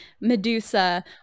Medusa